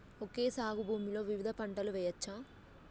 Okay సాగు భూమిలో వివిధ పంటలు వెయ్యచ్చా?